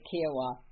Kiowa